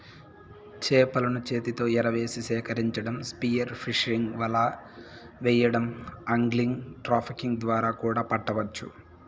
చేపలను చేతితో ఎరవేసి సేకరించటం, స్పియర్ ఫిషింగ్, వల వెయ్యడం, ఆగ్లింగ్, ట్రాపింగ్ ద్వారా కూడా పట్టవచ్చు